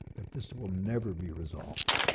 that this will never be resolved,